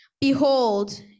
Behold